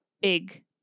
big